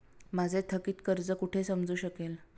माझे थकीत कर्ज कुठे समजू शकेल?